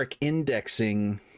indexing